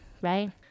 right